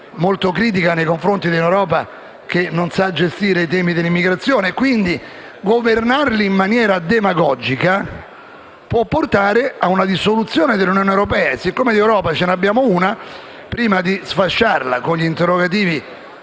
molto critici nei confronti di un'Europa che non sa gestire i temi dell'immigrazione. Quindi, governarli in maniera demagogica può portare a una dissoluzione dell'Unione. Siccome di Europa ne abbiamo una, cerchiamo di non sfasciarla con gli interrogativi